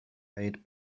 eight